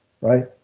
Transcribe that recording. right